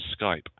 Skype